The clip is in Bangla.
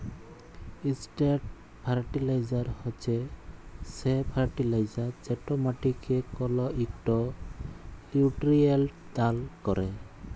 ইসট্রেট ফারটিলাইজার হছে সে ফার্টিলাইজার যেট মাটিকে কল ইকট লিউটিরিয়েল্ট দাল ক্যরে